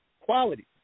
quality